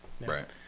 Right